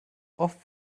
oft